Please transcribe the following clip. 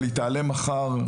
אבל היא תעלה מחר בוועדת הכלכלה.